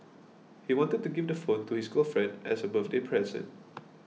he wanted to give the phone to his girlfriend as a birthday present